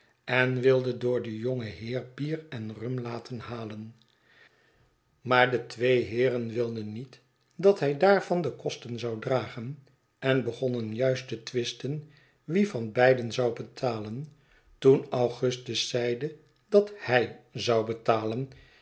en wilde door den jongen heer bier en rum laten halen maar de twee heeren wilden niet dat hij daarvan de kosten zou dragen en begonnen juist te twisten wie van beiden zou betalen toen augustus zeide dat hij zou betalen